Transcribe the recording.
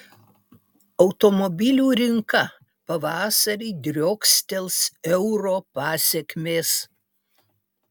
automobilių rinka pavasarį driokstels euro pasekmės